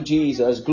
Jesus